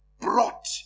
brought